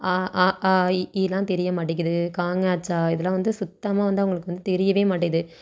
அ அ ஆ இ ஈ லாம் தெரிய மாட்டேங்கிது க ங ச இதெல்லாம் வந்து சுத்தமாக வந்து அவர்களுக்கு வந்து தெரியவே மாட்டுது